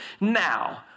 Now